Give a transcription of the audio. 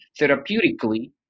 therapeutically